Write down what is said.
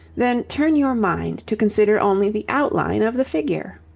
then turn your mind to consider only the outline of the figure.